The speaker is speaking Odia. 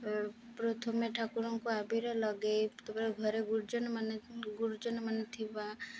ପ୍ରଥମେ ଠାକୁରଙ୍କୁ ଅବିର ଲଗାଇ ତା'ପରେ ଘରେ ଗୁରୁଜନମାନେ ଗୁରୁଜନମାନେ ଥିବା